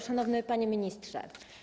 Szanowny Panie Ministrze!